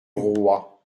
roi